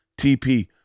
TP